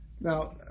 now